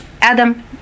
Adam